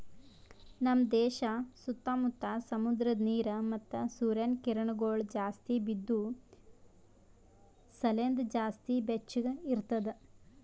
ನಮ್ ದೇಶ ಸುತ್ತಾ ಮುತ್ತಾ ಸಮುದ್ರದ ನೀರ ಮತ್ತ ಸೂರ್ಯನ ಕಿರಣಗೊಳ್ ಜಾಸ್ತಿ ಬಿದ್ದು ಸಲೆಂದ್ ಜಾಸ್ತಿ ಬೆಚ್ಚಗ ಇರ್ತದ